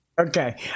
Okay